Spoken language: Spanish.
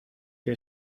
que